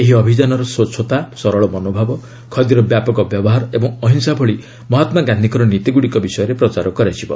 ଏହି ଅଭିଯାନରେ ସ୍ୱଚ୍ଛତା ସରଳ ମନୋଭାବ ଖଦିର ବ୍ୟାପକ ବ୍ୟବହାର ଓ ଅହିଂସା ଭଳି ମହାତ୍ମାଗାନ୍ଧିଙ୍କର ନୀତିଗୁଡ଼ିକ ବିଷୟରେ ପ୍ରଚାର କରାଯିବ